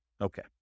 Okay